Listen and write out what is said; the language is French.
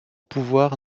pouvoir